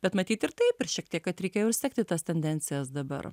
bet matyt ir taip ir šiek tiek kad reikėjo ir sekti tas tendencijas dabar